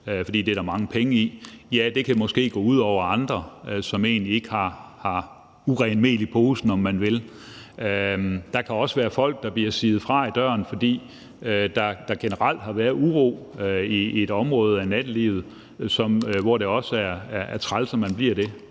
for det er der mange penge i. Det kan måske gå ud over andre, som egentlig ikke har urent mel i posen, om man vil. Der kan også være folk, der bliver siet fra i døren, fordi der generelt har været uro i et område af nattelivet, og hvor det også er træls, at man bliver det.